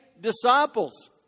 disciples